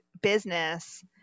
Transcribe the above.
business